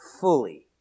fully